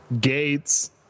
Gates